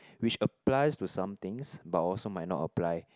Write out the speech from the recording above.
which applies to some things but also might not apply